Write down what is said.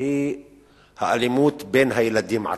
היא האלימות בין הילדים עצמם.